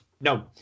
No